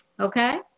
Okay